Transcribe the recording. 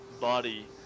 body